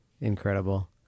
Incredible